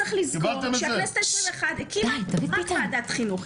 צריך לזכור שהכנסת ה-21 הקימה רק ועדת חינוך.